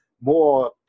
more